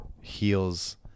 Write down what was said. heals